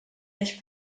més